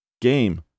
Game